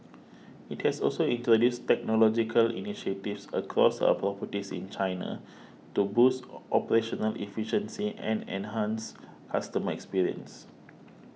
it has also introduced technological initiatives across our properties in China to boost operational efficiency and enhance customer experience